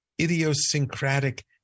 idiosyncratic